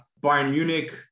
Bayern-Munich